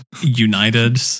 United